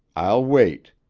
i'll wait.